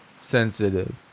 sensitive